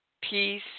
peace